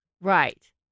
Right